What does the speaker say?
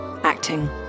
acting